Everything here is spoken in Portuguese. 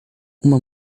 uma